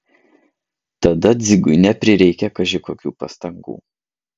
tada dzigui neprireikė kaži kokių pastangų